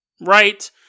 Right